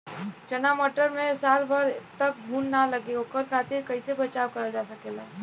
चना मटर मे साल भर तक घून ना लगे ओकरे खातीर कइसे बचाव करल जा सकेला?